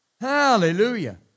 Hallelujah